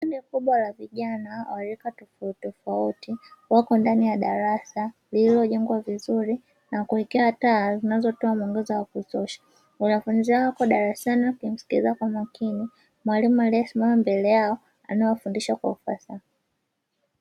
Kundi kubwa la vijana wa rika tofautitofauti wako ndani ya darasa, lililojengwa vizuri na kuwekea taa zinazotoa mwangaza wa kutosha, wanafunzi wako darasani wakimsikiliza kwa makini, mwalimu aliyesimama mbele yao anayewafundisha kwa ufasaha.